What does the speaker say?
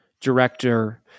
director